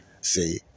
See